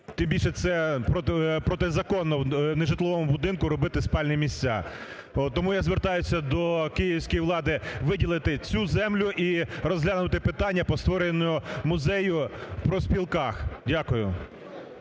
Тим більше це протизаконно в нежитловому будинку робити спальні місця. Тому я звертаюся до київської влади виділити цю землю і розглянути питання по створенню музею у профспілках. Дякую.